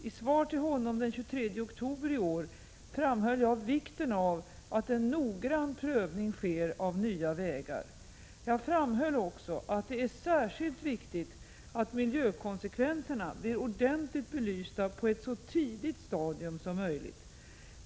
I svar till honom den 23 oktober i år framhöll jag vikten av att en noggrann prövning sker av nya vägar. Jag framhöll också att det är särskilt viktigt att miljökonsekvenserna blir ordentligt belysta på ett så tidigt stadium som möjligt.